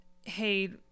hey